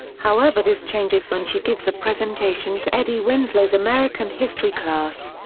however this changes when she gives a presentation to eddie winslow's american history class.